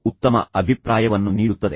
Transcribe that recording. ಉತ್ತಮ ಅಭಿಪ್ರಾಯವನ್ನು ನೀಡುತ್ತದೆ